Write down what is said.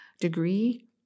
degree